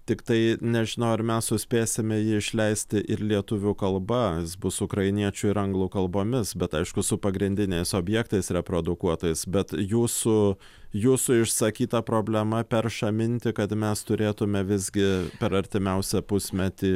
tiktai nežinau ar mes suspėsime jį išleisti ir lietuvių kalba jis bus ukrainiečių ir anglų kalbomis bet aišku su pagrindiniais objektais reprodukuotais bet jūsų jūsų išsakyta problema perša mintį kad mes turėtume visgi per artimiausią pusmetį